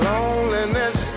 Loneliness